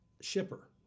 shipper